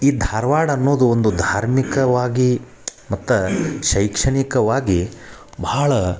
ಈ ಧಾರವಾಡ ಅನ್ನೋದು ಒಂದು ಧಾರ್ಮಿಕವಾಗಿ ಮತ್ತು ಶೈಕ್ಷಣಿಕವಾಗಿ ಭಾಳ